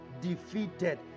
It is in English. defeated